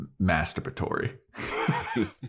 masturbatory